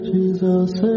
Jesus